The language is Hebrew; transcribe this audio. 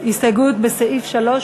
הסתייגות לסעיף 3,